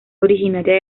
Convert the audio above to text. originaria